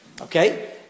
Okay